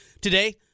today